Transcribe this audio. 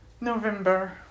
November